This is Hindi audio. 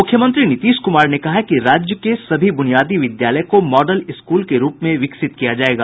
मुख्यमंत्री नीतीश कुमार ने कहा है कि राज्य के सभी बुनियादी विद्यालय को मॉडल स्कूल के रूप में विकसित किया जायेगा